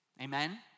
Amen